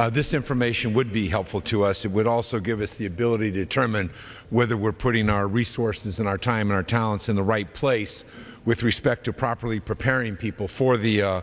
carolina this information would be helpful to us it would also give us the ability to determine whether we're putting our resources in our time our talents in the right place with respect to properly preparing people for the